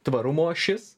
tvarumo ašis